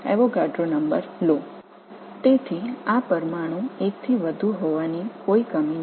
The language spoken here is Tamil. எனவே இந்த மூலக்கூறு ஒன்றுக்கு மேற்பட்ட உரிமைகளைக் கொண்டிருப்பதில் பஞ்சமில்லை